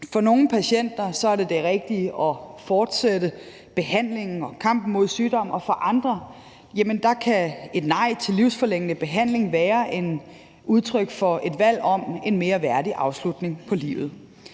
For nogle patienter er det det rigtige at fortsætte behandlingen og kampen mod sygdommen, og for andre kan et nej til livsforlængende behandling være et udtryk for et valg om en mere værdig afslutning på livet.